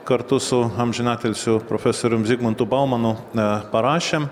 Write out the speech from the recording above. kartu su amžinatilsiu profesorium zigmantu baumanu parašėm